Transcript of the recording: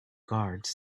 guards